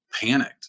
panicked